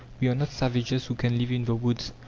we are not savages who can live in the woods,